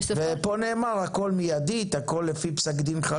ופה נאמר הכל מיידית הכל לפי פסק דין חלוט,